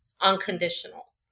unconditional